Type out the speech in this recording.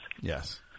Yes